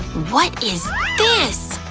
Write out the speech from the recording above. what is this?